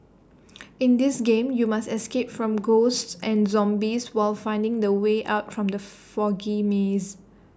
in this game you must escape from ghosts and zombies while finding the way out from the foggy maze